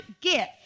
gift